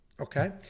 Okay